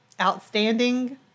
outstanding